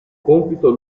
compito